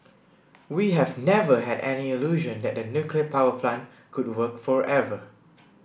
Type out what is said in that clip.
we have never had any illusion that the nuclear power plant could work forever